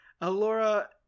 Alora